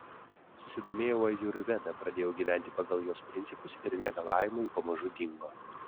susidomėjau ajurveda pradėjau gyventi pagal jos principus ir negalavimai pamažu dingo